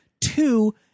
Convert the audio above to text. two